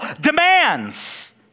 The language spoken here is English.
demands